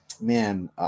man